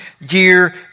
year